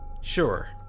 sure